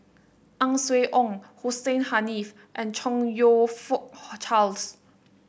Ang Swee Aun Hussein Haniff and Chong You Fook Charles